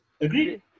agreed